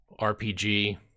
RPG